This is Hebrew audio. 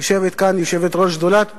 יושבת כאן יושבת-ראש שדולת הספורט,